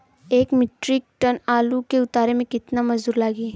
एक metric ton आलू के उतारे मे कितना मजदूर लागि?